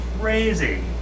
crazy